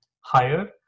higher